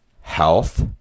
health